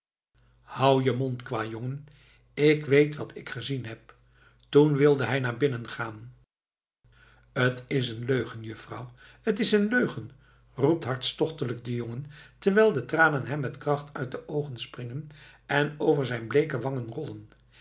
houd je mond kwajongen ik weet wat ik gezien heb toen wilde hij naar binnen gaan t is een leugen juffrouw t is een leugen roept hartstochtelijk de jongen terwijl de tranen hem met kracht uit de oogen springen en over zijn bleeke wangen